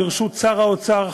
לרשות שר האוצר,